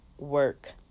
work